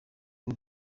ubu